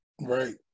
Right